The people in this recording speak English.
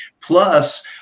plus